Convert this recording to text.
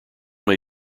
may